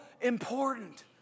important